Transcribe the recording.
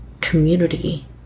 community